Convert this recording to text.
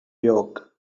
york